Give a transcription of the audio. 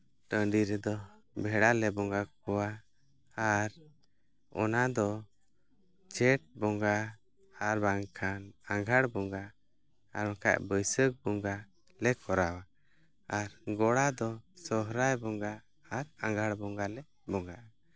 ᱴᱟᱺᱰᱤ ᱨᱮᱫᱚ ᱵᱷᱮᱲᱟ ᱞᱮ ᱵᱚᱸᱜᱟ ᱠᱚᱣᱟ ᱟᱨ ᱚᱱᱟ ᱫᱚ ᱪᱟᱹᱛ ᱵᱚᱸᱜᱟ ᱟᱨ ᱵᱟᱝᱠᱷᱟᱱ ᱟᱸᱜᱷᱟᱬ ᱵᱚᱸᱜᱟ ᱟᱨ ᱵᱟᱠᱷᱟᱡᱽ ᱵᱟᱹᱭᱥᱟᱹᱠᱷ ᱵᱚᱸᱜᱟ ᱞᱮ ᱠᱚᱨᱟᱣᱟ ᱟᱨ ᱜᱚᱲᱟ ᱫᱚ ᱥᱚᱦᱨᱟᱭ ᱵᱚᱸᱜᱟ ᱟᱨ ᱟᱸᱜᱟᱲ ᱵᱚᱸᱜᱟ ᱞᱮ ᱵᱚᱸᱜᱟᱜᱼᱟ